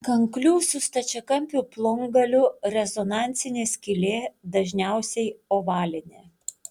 kanklių su stačiakampiu plongaliu rezonansinė skylė dažniausiai ovalinė